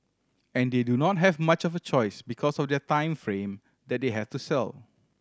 and they do not have much of a choice because of their time frame that they have to sell